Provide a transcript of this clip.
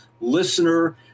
listener